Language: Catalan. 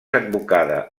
advocada